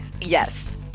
Yes